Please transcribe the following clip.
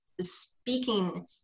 speaking